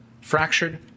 fractured